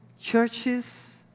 churches